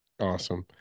Awesome